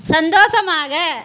சந்தோஷமாக